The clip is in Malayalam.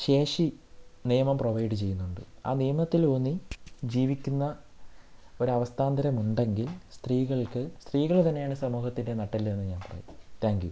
ശേഷി നിയമം പ്രൊവൈഡ് ചെയ്യുന്നുണ്ട് ആ നിയമത്തിലൂന്നി ജീവിക്കുന്ന ഒരു അവസ്ഥാന്തരം ഉണ്ടെങ്കിൽ സ്ത്രീകൾക്ക് സ്ത്രീകൾ തന്നെയാണ് സമൂഹത്തിൻ്റെ നട്ടെല്ല് എന്ന് ഞാൻ പറയും താങ്ക് യൂ